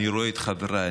אני רואה את חבריי.